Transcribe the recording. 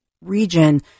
region